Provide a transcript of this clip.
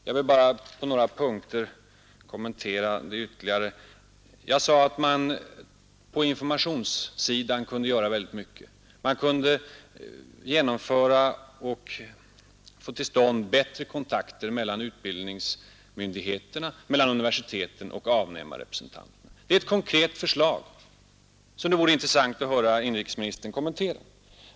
Jag vill bara på några punkter göra ytterligare kommentarer. Jag sade att man på informationssidan kunde göra väldigt mycket. Man kunde få till stånd bättre kontakter mellan utbildningsmyndigheterna, mellan universiteten och avnämarrepresentanterna. Det är ett konkret förslag som det vore intressant att höra inrikesministern kommentera.